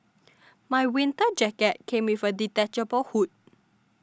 my winter jacket came with a detachable hood